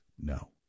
no